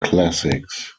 classics